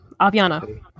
Aviana